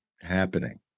happening